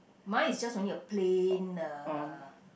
mine is just only a plain uh